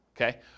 okay